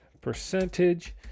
percentage